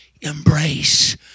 embrace